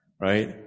right